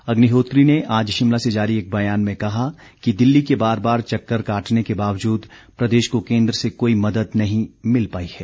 अग्निहोत्री ने आज शिमला से जारी एक बयान में कहा कि दिल्ली के बार बार चक्कर काटने के बावजूद प्रदेश को केन्द्र से कोई मदद नहीं मिल पाई है